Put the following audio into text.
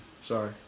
Sorry